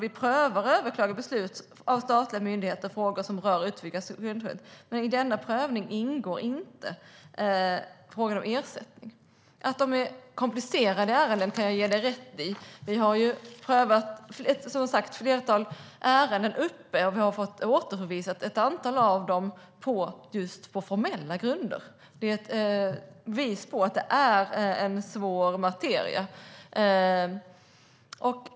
Vi prövar och överklagar beslut av statliga myndigheter i frågor som rör utvidgat strandskydd. Men i denna prövning ingår inte frågan om ersättning. Det är rätt att det är komplicerade ärenden. Vi har flertalet ärenden uppe, och vi har fått ett antal av dem återförvisade på formella grunder. Det är ett bevis på att det är en svår materia.